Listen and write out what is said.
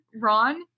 Ron